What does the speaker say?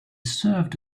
served